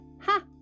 Ha